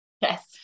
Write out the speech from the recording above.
yes